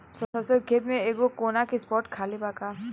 सरसों के खेत में एगो कोना के स्पॉट खाली बा का?